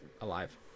alive